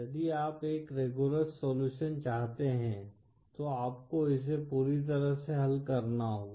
यदि आप एक रिगोरोस सलूशन चाहते हैं तो आपको इसे पूरी तरह से हल करना होगा